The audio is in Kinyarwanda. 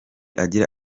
agira